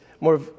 more